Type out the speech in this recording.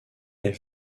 est